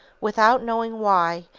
without knowing why,